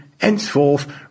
henceforth